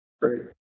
Great